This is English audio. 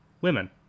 women